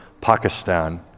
Pakistan